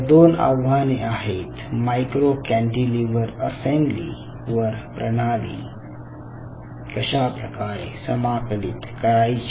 तर दोन आव्हाने आहेत मायक्रो कॅन्टीलिव्हर असेंबली वर प्रणाली कशाप्रकारे समाकलित करायची